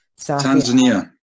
Tanzania